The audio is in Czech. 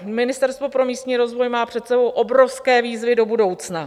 Ministerstvo pro místní rozvoj má před sebou obrovské výzvy do budoucna.